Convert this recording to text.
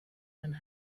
and